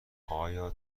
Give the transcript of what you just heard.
آیا